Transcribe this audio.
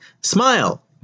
Smile